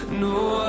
No